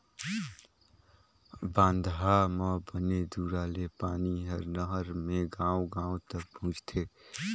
बांधा म बने दूरा ले पानी हर नहर मे गांव गांव तक पहुंचथे